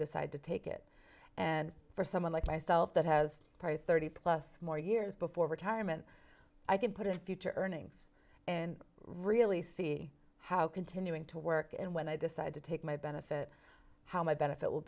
decide to take it and for someone like myself that has thirty plus more years before retirement i can put in future earnings and really see how continuing to work and when i decide to take my benefit how my benefit will